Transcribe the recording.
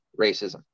racism